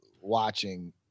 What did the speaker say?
watching